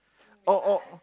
oh oh